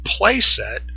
playset